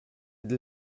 dil